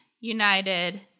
United